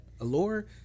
allure